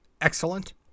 excellent